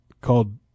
Called